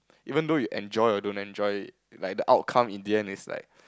even though you enjoy or don't enjoy like the outcome in the end is like